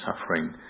suffering